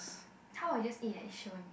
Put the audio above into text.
how about we just eat at Yishun